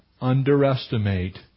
underestimate